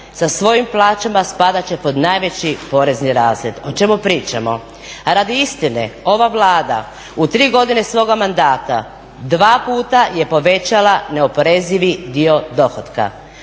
sa svojim plaćama spadat će pod najveći porezni razred. O čemu pričamo? Radi istine, ova Vlada u 3 godine svoga mandata, 2 puta je povećala neoporezivi dio dohotka.